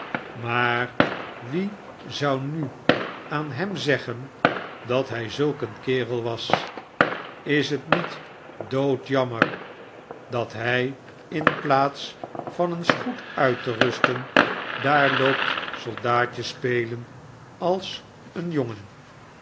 smaar wie zou nvb aan hem zeggen dat hij zulk een kerel was is het niet dood jammer dat hij in plaats van eens goed uit te rusten daar loopt soldaatje spelen als een jongen